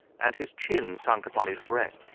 and his chin sunk upon his breast,